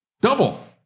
double